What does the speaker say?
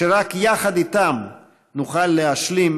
שרק איתם נוכל להשלים